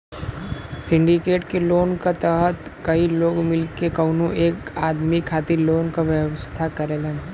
syndicate loan क तहत कई लोग मिलके कउनो एक आदमी खातिर लोन क व्यवस्था करेलन